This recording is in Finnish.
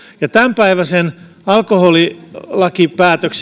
ja jos tämänpäiväinen alkoholilakipäätös